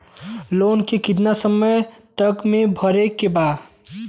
Loan के कितना समय तक मे भरे के बा?